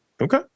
Okay